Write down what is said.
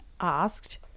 asked